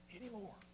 anymore